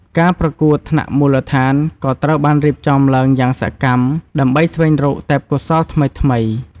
ការប្រកួតថ្នាក់មូលដ្ឋានក៏ត្រូវបានរៀបចំឡើងយ៉ាងសកម្មដើម្បីស្វែងរកទេពកោសល្យថ្មីៗ។